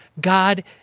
God